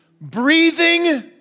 breathing